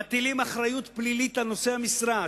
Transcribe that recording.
מטילים אחריות פלילית על נושא המשרה,